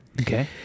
Okay